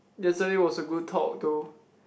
yesterday was a good talk though